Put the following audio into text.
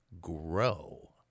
grow